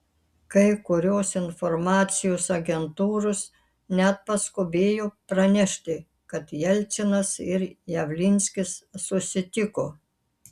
kai kurios informacijos agentūros net paskubėjo pranešti kad jelcinas ir javlinskis susitiko